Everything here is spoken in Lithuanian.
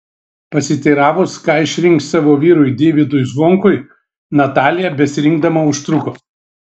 pasiteiravus ką išrinks savo vyrui deivydui zvonkui natalija besirinkdama užtruko